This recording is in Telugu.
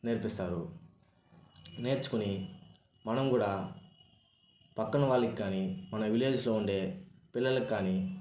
నేర్పిస్తారు నేర్చుకొని మనంగూడా పక్కనవాళ్ళకి కానీ మన విలేజెస్లో ఉండే పిల్లలకు కానీ